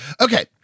Okay